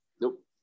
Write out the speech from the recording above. Nope